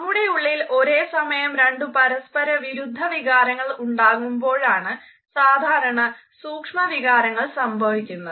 നമ്മുടെ ഉള്ളിൽ ഒരേസമയം രണ്ടു പരസ്പര വിരുദ്ധ വികാരങ്ങൾ ഉണ്ടാകുമ്പോഴാണ് സാധാരണ സൂക്ഷ്മ വികാരങ്ങൾ സംഭവിക്കുന്നത്